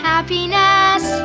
Happiness